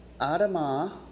Adama